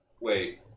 wait